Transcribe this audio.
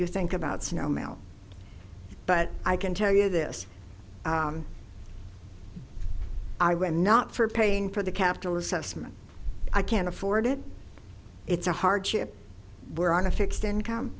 you think about snow mail but i can tell you this i will not for paying for the capitol assessment i can't afford it it's a hardship we're on a fixed income